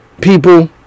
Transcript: people